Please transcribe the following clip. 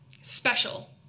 special